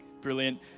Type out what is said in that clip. brilliant